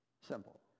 Simple